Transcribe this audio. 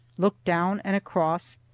looked down and across,